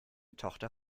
tochter